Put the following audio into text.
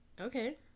Okay